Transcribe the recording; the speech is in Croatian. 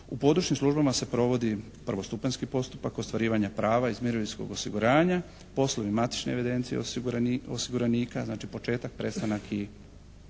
U područnim službama se provodi prvostupanjski postupak ostvarivanja prava iz mirovinskog osiguranja, poslovi matične evidencije osiguranika. Znači početak, prestanak i